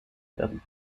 werden